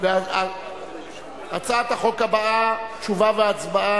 לעניין המפלגות ועדת הפנים?